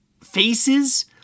faces